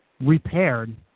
repaired